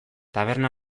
taberna